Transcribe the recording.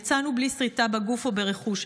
יצאנו בלי סריטה בגוף או ברכוש,